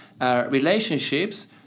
relationships